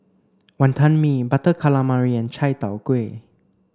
Wonton Mee butter calamari and Chai Tow Kuay